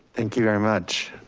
thank you very much.